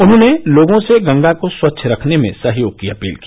उन्होंने लोगों से गंगा को स्वच्छ रखने में सहयोग की अपील की